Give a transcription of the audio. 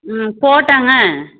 ம் போட்டாங்க